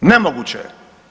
Nemoguće je.